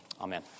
Amen